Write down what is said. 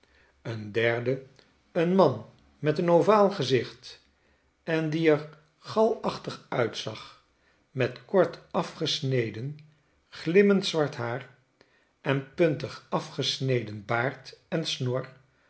een derde een man met een ovaal gezicht en die ergalachtig uitzag met kort afgesneden glimmend zwart haar en puntig afgesneden baard en snor